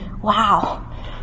Wow